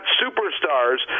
superstars